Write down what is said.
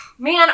Man